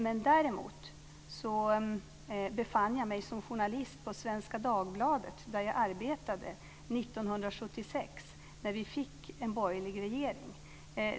Jag befann mig som journalist på Svenska Dagbladet där jag arbetade 1976 när vi fick en borgerlig regering.